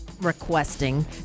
requesting